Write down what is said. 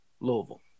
Louisville